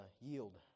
yield